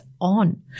on